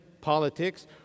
politics